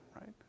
right